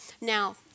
Now